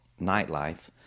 Nightlife